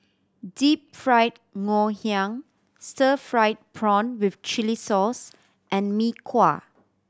Deep Fried Ngoh Hiang stir fried prawn with chili sauce and Mee Kuah